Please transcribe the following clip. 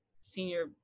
senior